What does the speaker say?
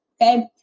Okay